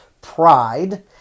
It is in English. pride